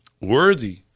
worthy